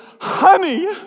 Honey